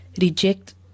reject